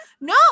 no